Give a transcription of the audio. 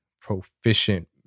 proficient